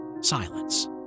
Silence